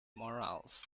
morals